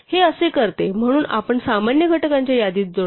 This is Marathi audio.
हे असे करते म्हणून आपण सामान्य घटकांच्या यादीत जोडतो